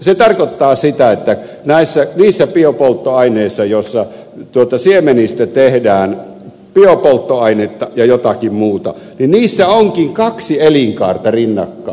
se tarkoittaa sitä että niissä biopolttoaineissa joissa siemenistä tehdään biopolttoainetta ja jotakin muuta onkin kaksi elinkaarta rinnakkain